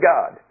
God